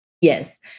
Yes